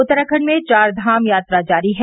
उत्तराखंड में चारधाम यात्रा जारी है